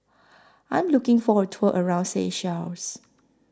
I'm looking For A Tour around Seychelles